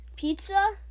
Pizza